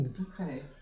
Okay